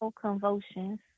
convulsions